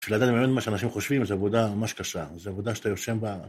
שלדעת באמת מה שאנשים חושבים, זו עבודה ממש קשה. זו עבודה שאתה יושן בה...